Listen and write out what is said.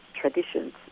traditions